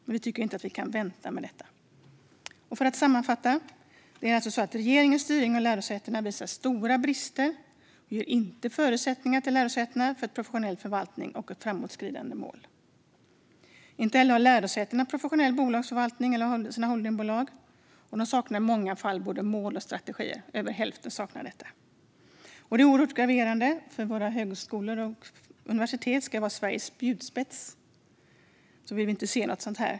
Men vi tycker inte att detta kan vänta. För att sammanfatta: Regeringens styrning av lärosätena visar stora brister och ger inte förutsättningar till lärosätena för en professionell förvaltning och framåtskridande mål. Lärosätena har inte professionell bolagsförvaltning av holdingbolagen och över hälften saknar både mål och strategier. Detta är oerhört graverande, för våra högskolor och universitet ska vara Sveriges spjutspets.